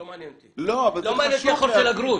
לא מעניין אותי החור של הגרוש.